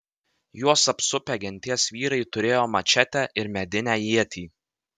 juos apsupę genties vyrai turėjo mačetę ir medinę ietį